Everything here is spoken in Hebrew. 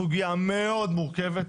סוגיה מאוד מורכבת.